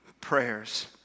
prayers